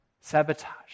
Sabotage